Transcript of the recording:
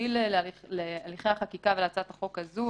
במקביל להליכי החקיקה ולהצעת החוק הזו,